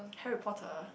Harry-Potter